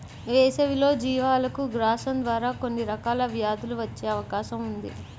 వేసవిలో జీవాలకు గ్రాసం ద్వారా కొన్ని రకాల వ్యాధులు వచ్చే అవకాశం ఉంది